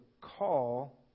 call